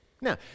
Now